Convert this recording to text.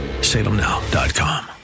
Salemnow.com